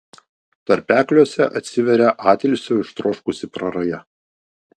tarpekliuose atsiveria atilsio ištroškusi praraja